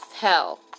Hell